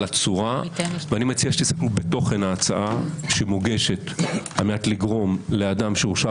על הצורה ומציע שתסתכלו בתוכן ההצעה שמוגשת כדי לגרום לאדם שהורשע